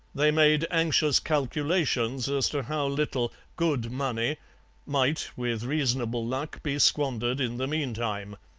they made anxious calculations as to how little good money might, with reasonable luck, be squandered in the meantime.